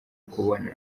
kubona